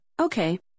Okay